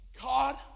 God